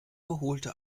holte